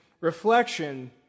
reflection